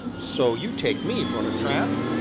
so you take me for a tramp?